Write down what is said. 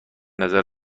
نظر